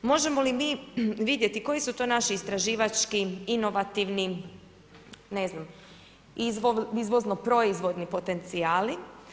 Možemo li mi vidjeti koji su to naši istraživački, inovativni, ne znam izvozno proizvodni potencijali.